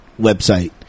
website